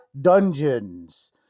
Dungeons